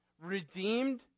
redeemed